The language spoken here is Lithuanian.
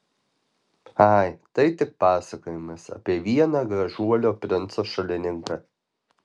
ai tai tik pasakojimas apie vieną gražuolio princo šalininką